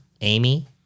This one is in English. Amy